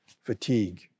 fatigue